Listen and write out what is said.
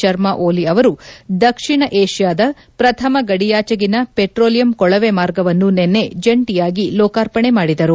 ಶರ್ಮ ಓಲಿ ಅವರು ದಕ್ಷಿಣ ಏಷ್ಲಾದ ಪ್ರಥಮ ಗಡಿಯಾಚೆಗಿನ ಪೆಟ್ರೋಲಿಯಂ ಕೊಳವೆಮಾರ್ಗವನ್ನು ನಿನ್ನೆ ಜಂಟಿಯಾಗಿ ಲೋಕಾರ್ಪಣೆ ಮಾಡಿದರು